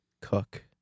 Cook